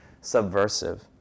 subversive